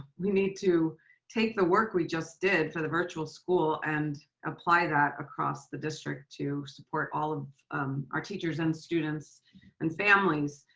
we need to take the work we just did for the virtual school and apply that across the district to support all of our teachers and students and families.